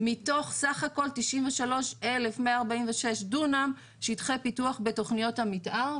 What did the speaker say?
מתוך סה"כ 93,146 דונם שיטחי פיתוח בתוכניות המתאר,